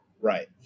Right